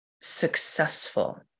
successful